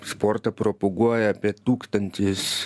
sportą propaguoja apie tūkstantis